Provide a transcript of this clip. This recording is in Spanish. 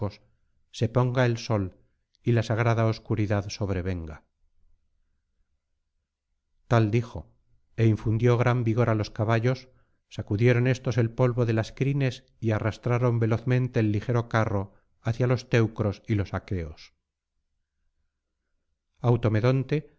se ponga el sol y la sagrada obscuridad sobrevenga tal dijo é infundió gran vigor á los caballos sacudieron éstos el polvo de las crines y arrastraron velozmente el ligero carro hacia los teneros y los aqueos